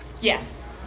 yes